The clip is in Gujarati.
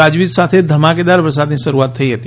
ગાજવીજ સાથે ધમાકાદાર વરસાદની શરૂઆત થઇ હતી